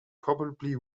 probably